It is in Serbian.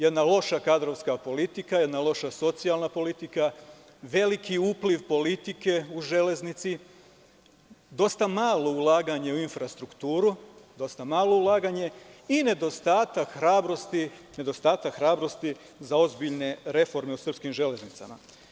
Jedna loša kadrovska politika, jedna loša socijalna politika, veliki upliv politike u „Železnici“, dosta malo ulaganje u infrastrukturu i nedostatak hrabrosti za ozbiljne reforme u srpskim železnicama.